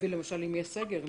ואם, למשל, יהיה סגר --- בזמנו,